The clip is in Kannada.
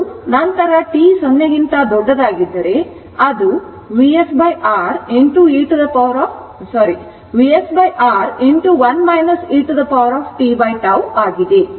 ಮತ್ತು ನಂತರ t 0 ಗಿಂತ ದೊಡ್ಡದಾಗಿದ್ದರೆ ಅದು VsR 1 e t tτ ಆಗಿದೆ